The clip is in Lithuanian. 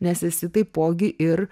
nes esi taipogi ir